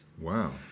Wow